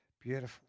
Beautiful